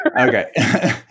Okay